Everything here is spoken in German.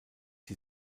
die